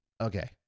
Okay